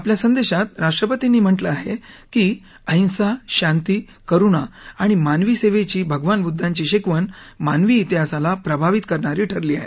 आपल्या संदेशात राष्ट्रपतींनी म्हटलं आहे की अहिंसा शांती करुणा आणि मानवी सेवेची भगवान बुद्धांची शिकवण मानवी तिहासाला प्रभावित करणारी ठरली आहे